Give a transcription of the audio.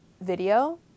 video